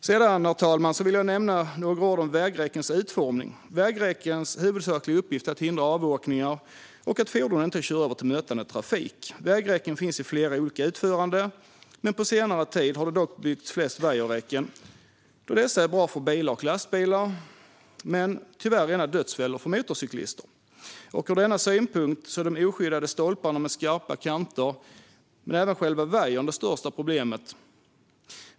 Jag vill också, herr talman, säga några ord om vägräckens utformning. Vägräckens huvudsakliga uppgift är att hindra avåkningar och att se till att fordon inte kör över till mötande trafik. Vägräcken finns i flera olika utföranden. På senare tid har det dock byggts flest vajerräcken, då dessa är bra för bilar och lastbilar. Tyvärr är de dock rena dödsfällor för motorcyklister. Ur denna synpunkt är de oskyddade stolparna med skarpa kanter samt själva vajern det största problemet.